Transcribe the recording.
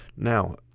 now,